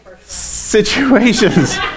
Situations